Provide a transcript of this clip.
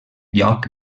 lloc